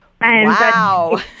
Wow